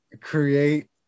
create